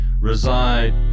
reside